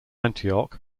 antioch